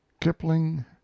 Kipling